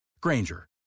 Granger